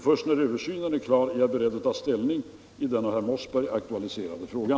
Först när översynen är klar är jag beredd att ta ställning i den av herr Mossberg aktualiserade frågan.